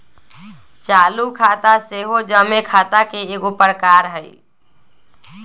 चालू खता सेहो जमें खता के एगो प्रकार हइ